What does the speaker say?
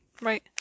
right